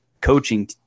coaching